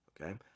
okay